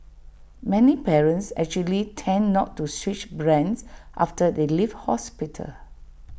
many parents actually tend not to switch brands after they leave hospital